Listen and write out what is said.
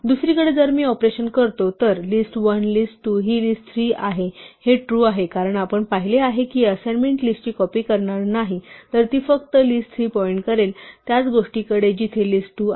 दुसरीकडे जर मी ऑपरेशन करतो तर list1 list2 हि list3 आहे हे ट्रू आहे कारण आपण पाहिले आहे की ही असाइनमेंट लिस्टची कॉपी करणार नाही तर ती फक्त list3 पॉइंट करेल त्याच गोष्टीकडे जिथे list2 आहे